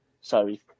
Sorry